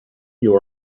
you